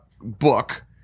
book